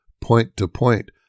point-to-point